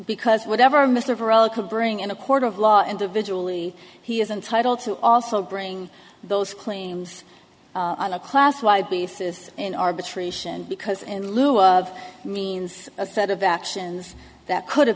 because whatever mr perot could bring in a court of law individually he isn't title to also bring those claims on a class why basis in arbitration because in lieu of means a set of actions that could have